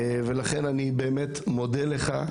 ולכן אני באמת מודה לך,